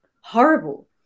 horrible